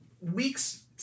weeks